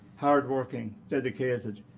hardworking, dedicated,